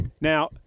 Now